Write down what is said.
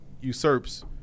usurps